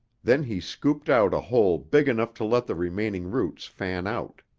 then he scooped out a hole big enough to let the remaining roots fan out.